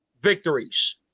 victories